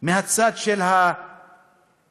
מהצד של הממשלה,